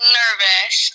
nervous